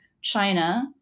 China